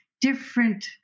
different